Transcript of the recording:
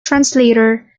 translator